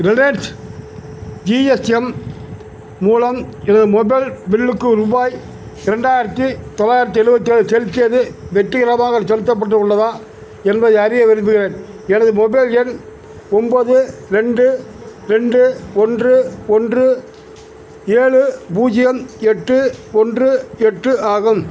Reliance GSM மூலம் எனது mobile பில்லுக்கு ரூபாய் ரெண்டாயிரத்து தொள்ளாயிரத்தி எழுவத்தி ஏழு செலுத்தியது வெற்றிகரமாக செலுத்தப்பட்டு உள்ளதா என்பதை அறிய விரும்புகிறேன் எனது மொபைல் எண் ஒம்பது ரெண்டு ரெண்டு ஒன்று ஒன்று ஏழு பூஜ்ஜியம் எட்டு ஒன்று எட்டு ஆகும்